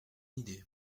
idée